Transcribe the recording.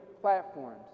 platforms